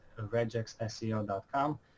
regexseo.com